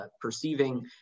perceiving